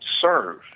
serve